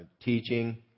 teaching